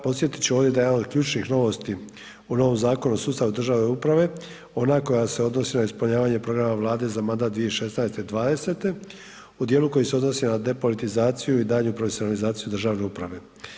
Posjetit ću ja, posjetit ću ovdje da je ovo od ključnih novosti u novom Zakonu o sustavu državne uprave ona koja se odnosi na ispunjavanje programa Vlade za mandat 2016.-2020., u dijelu koji se odnosi na depolitizaciju i daljnju profesionalizaciju državne uprave.